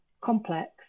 complex